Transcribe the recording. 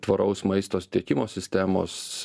tvaraus maisto tiekimo sistemos